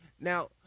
Now